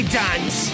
dance